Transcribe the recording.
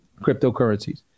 cryptocurrencies